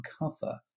uncover